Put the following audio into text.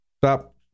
Stop